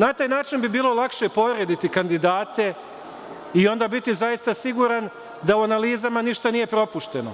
Na taj način bi bilo lakše porediti kandidate i onda biti zaista siguran da u analizama ništa nije propušteno,